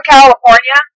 California